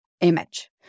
image